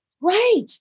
Right